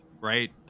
Right